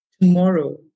tomorrow